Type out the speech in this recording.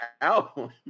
album